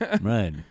right